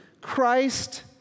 Christ